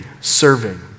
serving